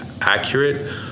accurate